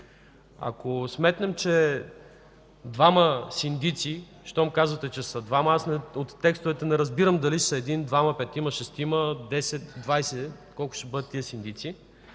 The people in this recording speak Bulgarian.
Ако сметнем, че са двама синдиците, щом казвате, че са двама. От текстовете не разбирам дали са един, двама, петима, шестима, десет, двадесет. Колко ще бъдат тези синдици